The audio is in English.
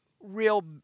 real